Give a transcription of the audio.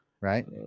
right